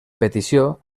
petició